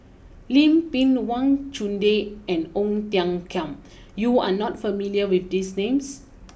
Lim Pin Wang Chunde and Ong Tiong Khiam you are not familiar with these names